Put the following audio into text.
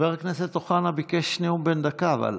חבר הכנסת אוחנה ביקש נאום בן דקה, אבל